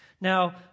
Now